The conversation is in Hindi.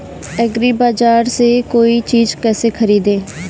एग्रीबाजार से कोई चीज केसे खरीदें?